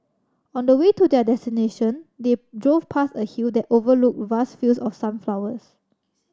on the way to their destination they drove past a hill that overlooked vast fields of sunflowers